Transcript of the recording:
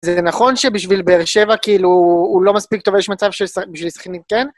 זה נכון שבשביל באר שבע, כאילו, הוא לא מספיק טוב, יש מצב שבשביל סכנין כן?